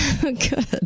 Good